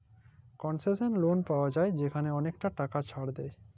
কলসেশলাল লল পাউয়া যায় যেখালে অলেকটা টাকা ছাড় দেয়